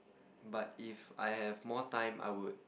but if I have more time I would